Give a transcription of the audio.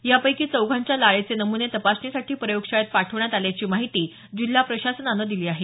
यापैकी चौघांच्या लाळेचे नुमने तपासणीसाठी प्रयोगशाळेत पाठवण्यात आल्याची माहिती जिल्हा प्रशासनानं दिली आहे